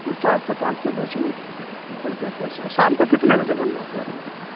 چار سے پانچ کے بیچ میں کھل جاتی ہے سر شام کو کتنے بجے بند ہوتی ہے آپ کی دکان